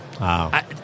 Wow